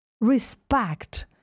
respect